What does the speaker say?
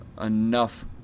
enough